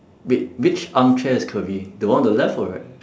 wait which armchair is curvy the one on the left or right